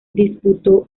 disputó